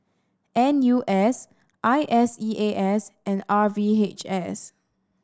N U S I S E A S and R V H S